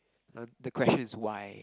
uh the question is why